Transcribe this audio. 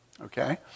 Okay